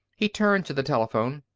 he turned to the telephone.